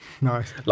Nice